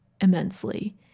immensely